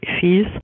fees